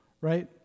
right